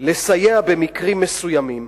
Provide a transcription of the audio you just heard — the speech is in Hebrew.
לסייע במקרים מסוימים.